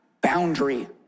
boundary